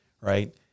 right